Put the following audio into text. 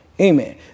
Amen